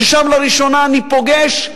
ששם לראשונה אני פוגש,